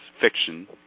fiction